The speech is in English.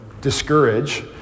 discourage